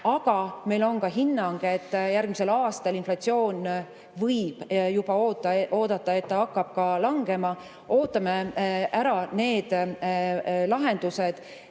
Aga meil on ka hinnang, et järgmisel aastal inflatsioon – võib juba oodata – hakkab langema. Ootame need lahendused